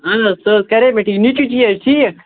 اَہَن حظ سُہ حظ کَرے میٖٹِنگ نیٚچی چھِیہِ حظ ٹھیٖک